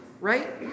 Right